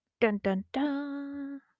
dun-dun-dun